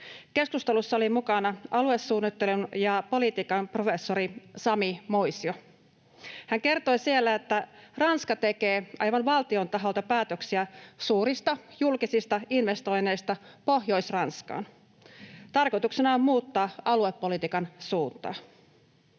Keskustelussa oli mukana aluesuunnittelun ja ‑politiikan professori Sami Moisio. Hän kertoi siellä, että Ranska tekee aivan valtion taholta päätöksiä suurista julkisista investoinneista Pohjois-Ranskaan. Tarkoituksena on muuttaa aluepolitiikan suuntaa.